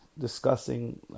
discussing